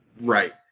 right